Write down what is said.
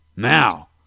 Now